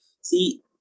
See